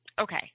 Okay